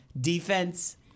defense